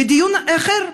ודיון אחר,